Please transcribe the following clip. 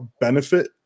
benefit